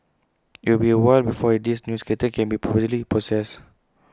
IT will be A while before this new skeleton can be properly processed